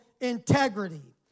integrity